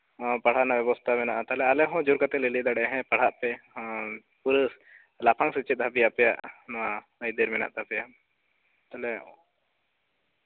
ᱯᱟᱲᱦᱟᱣ ᱨᱮᱱᱟᱜ ᱵᱮᱵᱚᱥᱛᱷᱟ ᱢᱮᱱᱟᱜᱼᱟ ᱛᱟᱦᱚᱞᱮ ᱟᱞᱮ ᱦᱚᱸ ᱡᱳᱨ ᱠᱟᱛᱮᱜ ᱞᱮ ᱞᱟᱹᱭ ᱫᱟᱲᱮᱭᱟᱜᱼᱟ ᱦᱮᱸ ᱯᱟᱲᱦᱟᱜ ᱯᱮ ᱯᱩᱨᱟᱹ ᱞᱟᱯᱷᱟᱝ ᱥᱮᱪᱮᱫ ᱫᱷᱟᱹᱵᱤᱡ ᱟᱯᱮᱭᱟᱜ ᱱᱚᱣᱟ ᱟᱹᱭᱫᱟᱹᱨ ᱢᱮᱱᱟᱜ ᱛᱟᱯᱮᱭᱟ ᱛᱟᱦᱚᱞᱮ